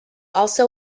also